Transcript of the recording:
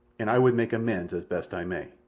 and i would make amends as best i may.